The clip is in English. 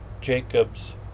Jacob's